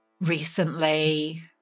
recently